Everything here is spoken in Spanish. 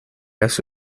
hace